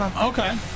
Okay